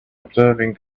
observing